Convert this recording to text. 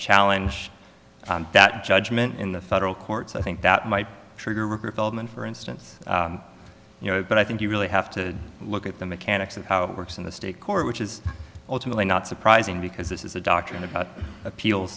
challenge that judgment in the federal courts i think that might trigger ricker feldman for instance you know but i think you really have to look at the mechanics of how it works in the state court which is ultimately not surprising because this is a doct